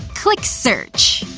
click search.